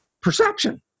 Perception